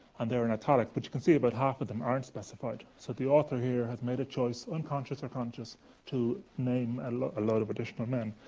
and they're in italics. but you can see about half of them aren't specified, so the author here has made a choice unconscious or conscious to name a lot a lot of additional men.